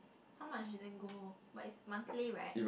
how much should they go but is monthly right